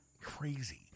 crazy